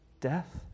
Death